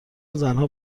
زنهای